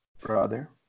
brother